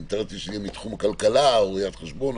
ואני מניח שזה יהיה מתחום הכלכלה או ראיית חשבון,